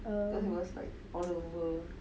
uh